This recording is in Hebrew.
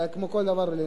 כמו כל דבר ועניין.